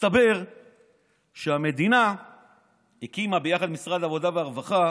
מסתבר שהמדינה הקימה ביחד עם משרד העבודה והרווחה